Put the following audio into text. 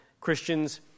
Christians